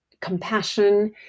compassion